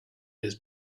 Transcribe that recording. his